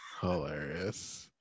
Hilarious